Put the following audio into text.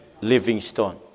Livingstone